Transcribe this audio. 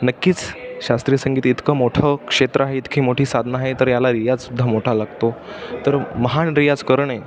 नक्कीच शास्त्रीय संगीत इतकं मोठं क्षेत्र आहे इतकी मोठी साधनं आहे तर याला रियाजसु द्धा मोठा लागतो तर महान रियाज करणे